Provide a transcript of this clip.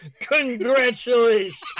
congratulations